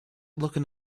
looking